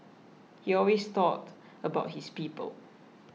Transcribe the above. he always thought about his people